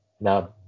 now